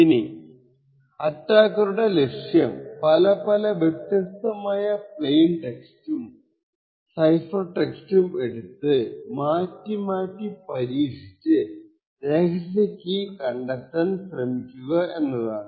ഇനി അറ്റാക്കറുടെ ലക്ഷ്യം പല പല വ്യത്യസ്തമായ പ്ലെയിൻ ടെക്സ്റ്റും സൈഫർ ടെക്സ്റ്റ് എടുത്ത് മാറ്റി മാറ്റി പരീക്ഷിച്ചു രഹസ്യ കീ കണ്ടെത്താൻ ശ്രമിക്കലാണ്